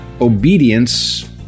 obedience